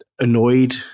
Annoyed